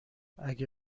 اگه